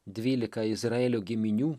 dvylika izraelio giminių